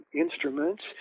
instruments